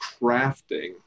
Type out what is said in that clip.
crafting